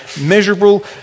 measurable